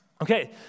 Okay